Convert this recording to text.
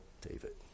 David